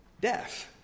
death